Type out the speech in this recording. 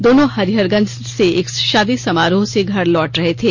दोनों हरिहरगंज से एक शादी समारोह से घर लौट रहे थे